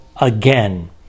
again